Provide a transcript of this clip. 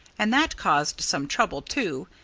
and that caused some trouble, too,